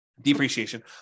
depreciation